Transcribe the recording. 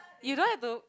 you don't have to